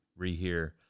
rehear